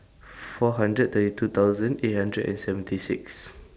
four hundred thirty two thousand eight hundred and seventy six